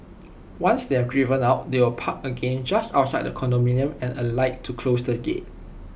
once they are driven out they will park again just outside the condominium and alight to close the gate